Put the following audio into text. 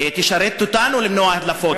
תשרת אותנו למנוע הדלפות,